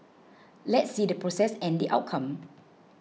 let's see the process and the outcome